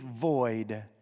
void